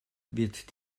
wird